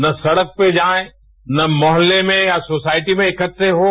ना सड़क पे जाये ना मोहल्ले में या सोसायटी में इकडे हों